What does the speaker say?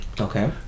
Okay